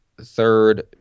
third